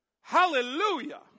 Hallelujah